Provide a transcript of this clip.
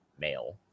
male